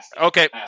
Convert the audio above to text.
Okay